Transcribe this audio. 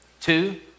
Two